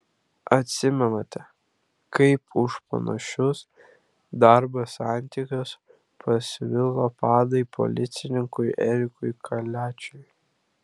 atsimenate kaip už panašius darbo santykius pasvilo padai policininkui erikui kaliačiui